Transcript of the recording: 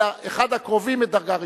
אלא אחד הקרובים מדרגה ראשונה.